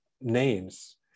names